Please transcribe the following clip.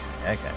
Okay